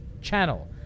channel